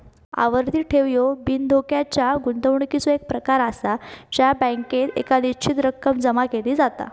आवर्ती ठेव ह्यो बिनधोक्याच्या गुंतवणुकीचो एक प्रकार आसा जय बँकेत एक निश्चित रक्कम जमा केली जाता